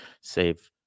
save